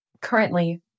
Currently